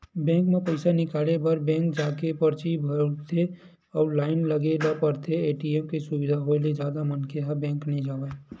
bank म पइसा निकाले बर बेंक जाके परची भरथे अउ लाइन लगे ल परथे, ए.टी.एम सुबिधा होय ले जादा मनखे ह बेंक नइ जावय